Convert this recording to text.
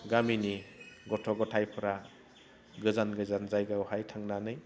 गामिनि गथ' गथायफ्रा गोजान गोजान जायगायावहाय थांनानै